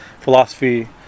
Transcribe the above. philosophy